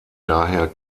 daher